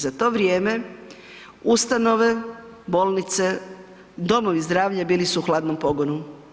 Za to vrijeme ustanove, bolnice, domovi zdravlja bili su u hladnom pogonu.